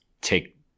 take